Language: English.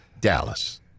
Dallas